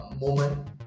moment